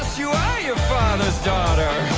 you are your father's daughter